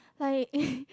like